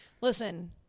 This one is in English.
Listen